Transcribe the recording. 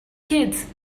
kids